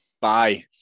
Bye